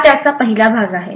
हा त्याचा पहिला भाग आहे